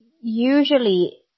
usually